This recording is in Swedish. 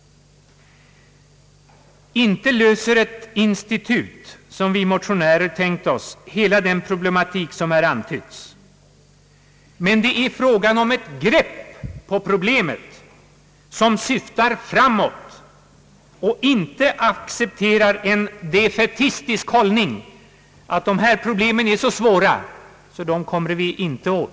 Inte löser ett institut, som vi motionärer tänkt oss, hela den problematik som här antytts. Men det är fråga om ett grepp på problemet som syftar framåt och inte accepterar en defaitistisk hållning — att dessa problem är så svåra att vi inte kommer åt dem.